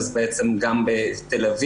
אז בעצם גם בתל-אביב,